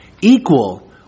equal